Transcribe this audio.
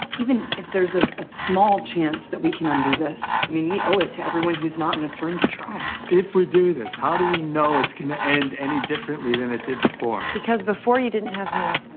even if there's a ah small chance that we can undo this, i mean, we owe it to everyone who's not in this room to try. if we do this, how do we know it's going to end any differently than it did before? because before you didn't have me.